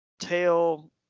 tail